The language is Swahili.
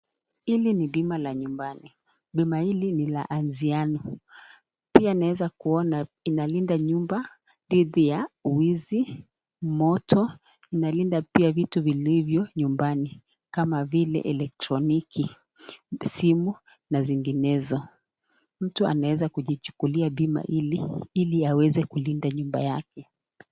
Hili ni bima la nyumbani. Bima ili ni la anziano, pia naeza kuona inalinda nyumba dhindi ya wizi, moto, inalinda pia vitu vilivyo nyumbani kama vile elektroniki, simu na zinginezo. Mtu anaeza kujichukulia bima ili aweze kulinda nyumba yake.